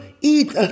eat